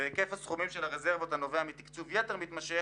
היקף הסכומים של הרזרבות הנובע מתקצוב יתר מתמשך